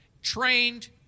Trained